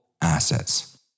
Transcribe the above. assets